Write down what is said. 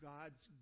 God's